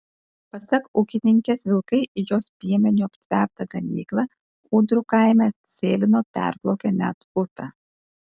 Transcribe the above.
pasak ūkininkės vilkai į jos piemeniu aptvertą ganyklą ūdrų kaime atsėlino perplaukę net upę